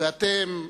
ואתן,